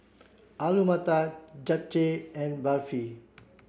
Alu Matar Japchae and Barfi